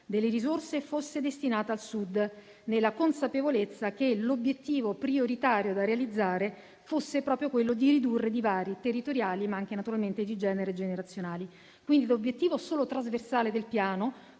delle risorse fosse destinata al Sud, nella consapevolezza che l'obiettivo prioritario da realizzare fosse proprio quello di ridurre i divari territoriali, ma anche, naturalmente, di genere e generazionali. Quindi l'obiettivo solo trasversale del Piano,